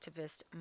activist